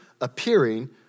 appearing